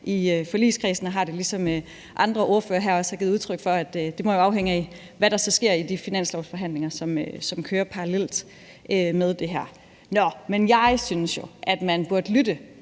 i forligskredsen, og ligesom andre ordførere her også har givet udtryk for, må det afhænge jo af, hvad der så sker i de finanslovsforhandlinger, som kører parallelt med det her. Jeg synes jo, at man burde lytte